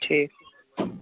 ٹھیٖک